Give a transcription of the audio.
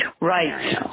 Right